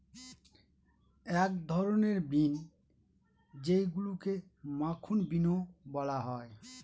এক ধরনের বিন যেইগুলাকে মাখন বিনও বলা হয়